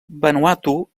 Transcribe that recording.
vanuatu